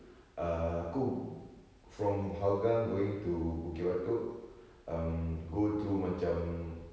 err aku from hougang going to bukit batok um go through macam